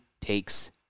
takes